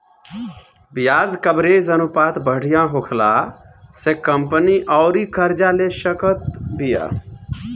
ब्याज कवरेज अनुपात बढ़िया होखला से कंपनी अउरी कर्जा ले सकत बिया